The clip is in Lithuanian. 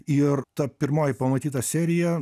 ir ta pirmoji pamatyta serija